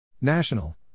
National